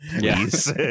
Yes